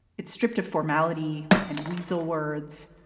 it's stripped of formality and weasel words.